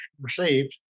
received